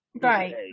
right